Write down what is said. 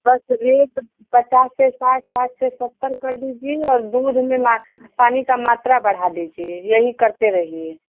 बस एक पचास से साठ साठ से सत्तर कर दीजिए और दूध में मा पानी की मात्रा बढ़ा दीजिए यही करते रहिए